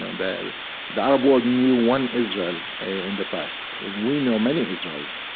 and the the arab world knew one israel in the past, and we know many israels.